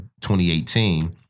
2018